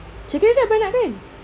syakira dah beranak kan